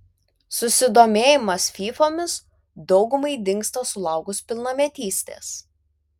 susidomėjimas fyfomis daugumai dingsta sulaukus pilnametystės